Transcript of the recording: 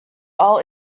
all